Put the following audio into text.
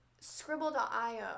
Scribble.io